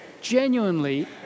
genuinely